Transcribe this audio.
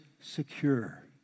secure